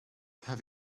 have